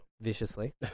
viciously